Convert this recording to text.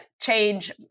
change